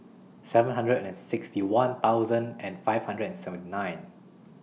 seven hundred and sixty one thousand and five hundred and seventy nine